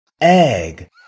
Egg